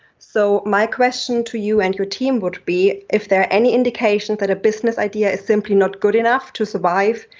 so my question to you and your team would be, if there are any indications that a business idea is simply not good enough to survive,